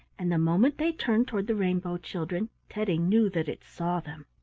and the moment they turned toward the rainbow children, teddy knew that it saw them.